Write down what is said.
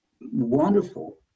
wonderful